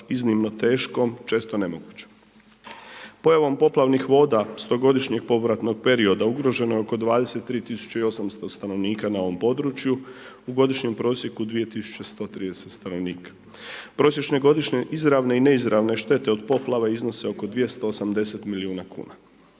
iznimno teškom često nemogućom. Pojavom poplavnih voda 100-godišnjeg povratnog perioda ugroženo je oko 23.800 stanovnika na ovom području u godišnjem prosjeku 2.130 stanovnika. Prosječne godišnje izravne i neizravne štete od poplava iznose oko 280 milijuna kuna.